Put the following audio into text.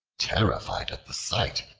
terrified at the sight,